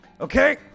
Okay